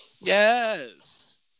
Yes